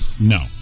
no